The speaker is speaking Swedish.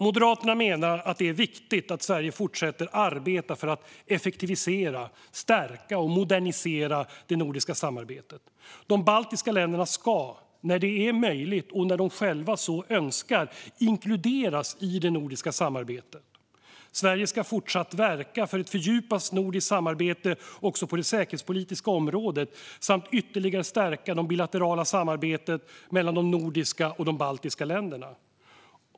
Moderaterna menar att det är viktigt att Sverige fortsätter att arbeta för att effektivisera, stärka och modernisera det nordiska samarbetet. De baltiska länderna ska när det är möjligt och när de själva så önskar inkluderas i det nordiska samarbetet. Sverige ska fortsätta att verka för ett fördjupat nordiskt samarbete också på det säkerhetspolitiska området och ytterligare stärka det bilaterala samarbetet mellan de nordiska och de baltiska länderna.